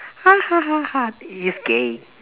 ha ha ha ha he is gay